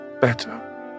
better